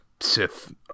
Sith